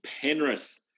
Penrith